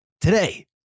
Today